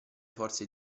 forze